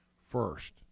first